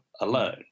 alone